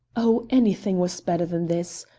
oh, anything was better than this!